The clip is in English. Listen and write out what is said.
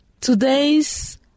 Today's